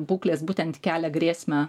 būklės būtent kelia grėsmę